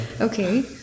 Okay